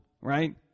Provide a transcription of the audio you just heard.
right